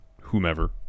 whomever